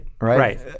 Right